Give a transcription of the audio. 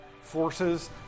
forces